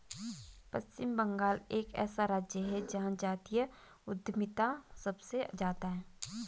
पश्चिम बंगाल एक ऐसा राज्य है जहां जातीय उद्यमिता सबसे ज्यादा हैं